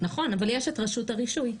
נכון, אבל יש את רשות הרישוי,